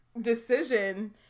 decision